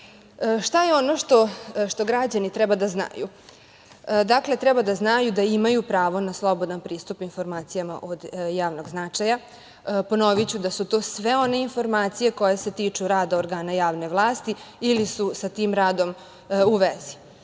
je ono što građani treba da znaju? Dakle, treba da znaju da imaju pravo na slobodan pristup informacijama od javnog značaja. Ponoviću da su to sve one informacije koje se tiču rada organa javne vlasti ili su sa tim radom u vezi.